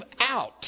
out